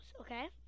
okay